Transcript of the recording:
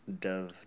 dove